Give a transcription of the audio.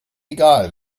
egal